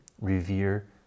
revere